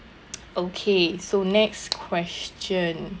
okay so next question